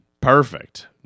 Perfect